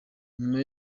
nyuma